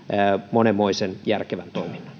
monenmoisen järkevän